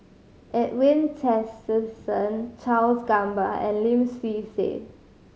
Edwin Tessensohn Charles Gamba and Lim Swee Say